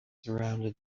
surrounded